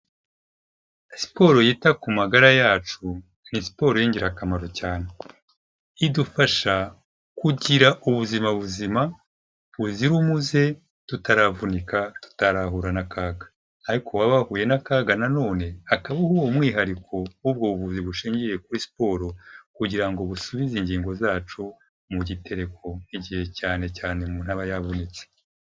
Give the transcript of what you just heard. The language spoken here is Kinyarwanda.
Siporo yita ku magara yacu ni siporo y'ingirakamaro cyane, idufasha kugira ubuzima buzima buzira umuze tutaravunika tutarahura n'akaga, ariko uwaba yahuye n'akaga na none, hakabaho umwihariko w'ubwo buvuzi bushingiye kuri siporo kugira ngo busubize ingingo zacu mu gitereko igihe cyane cyane umuntu aba yabonetse.